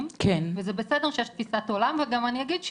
וזה בסדר שיש תפיסת עולם וגם אני אגיד,